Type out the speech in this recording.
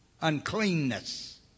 uncleanness